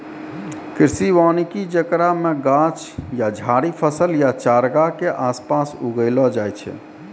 कृषि वानिकी जेकरा मे गाछ या झाड़ि फसल या चारगाह के आसपास उगैलो जाय छै